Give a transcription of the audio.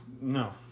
No